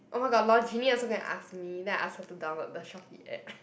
oh my god lol Jeannie also go and ask me then I ask her to download the Shopee app